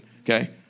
okay